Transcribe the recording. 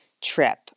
trip